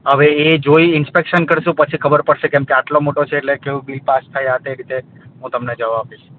હવે એ જોઈ ઇન્સ્પેકશન કરશું પછી ખબર પડશે કે કેમકે આટલો મોટો છે કે કેવું બિલ પાસ થઇ આ તે રીતે હું તમને જવાબ આપીશ